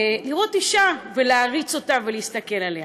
לראות אישה ולהעריץ אותה ולהסתכל עליה.